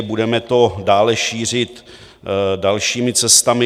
Budeme to dále šířit dalšími cestami.